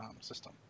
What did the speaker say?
system